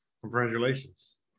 congratulations